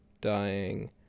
dying